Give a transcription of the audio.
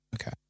Okay